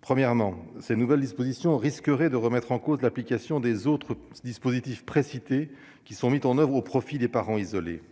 Premièrement, ces nouvelles dispositions, risquerait de remettre en cause l'application des autres, ce dispositif précités qui sont mises en oeuvre au profit des parents isolés.